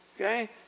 okay